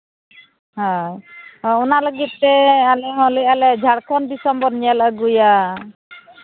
ᱦᱳᱭ ᱚᱱᱟ ᱞᱟᱹᱜᱤᱫ ᱛᱮ ᱟᱞᱮ ᱦᱚᱸ ᱞᱟᱹᱭᱮᱫᱼᱟ ᱞᱮ ᱡᱷᱟᱲᱠᱷᱚᱸᱰ ᱫᱤᱥᱚᱢ ᱵᱚᱱ ᱧᱮᱞ ᱟᱹᱜᱩᱭᱟ